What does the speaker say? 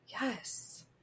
Yes